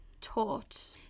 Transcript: taught